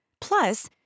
Plus